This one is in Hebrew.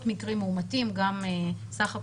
מאות מקרים מאומתים בעולם,